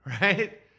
right